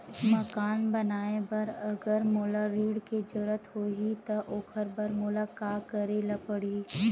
मकान बनाये बर अगर मोला ऋण के जरूरत होही त ओखर बर मोला का करे ल पड़हि?